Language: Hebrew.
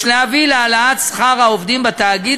יש להביא להעלאת שכר העובדים בתאגיד